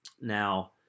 Now